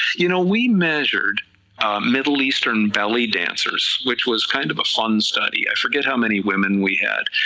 you know we measured middle eastern belly dancers, which was kind of a fun study, i forget how many women we had,